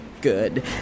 good